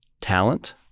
talent